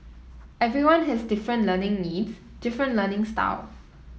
everyone has different learning needs different learning style